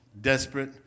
desperate